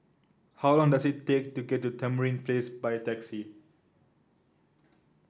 how long does it take to get to Tamarind Place by taxi